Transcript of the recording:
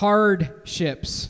Hardships